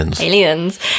Aliens